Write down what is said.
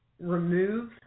Remove